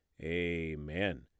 amen